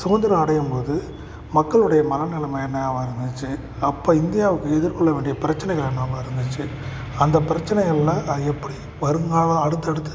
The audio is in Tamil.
சுதந்திரம் அடையும் போது மக்களுடைய மனநிலைம என்னவா இருந்துச்சு அப்போ இந்தியாவுக்கு எதிர்கொள்ள வேண்டிய பிரச்சனைகள் என்னவா இருந்துச்சு அந்த பிரச்சனைகளில் அது எப்படி வருங்கால அடுத்தடுத்து